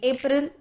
April